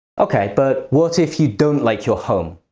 okay, but what if you don't like your home?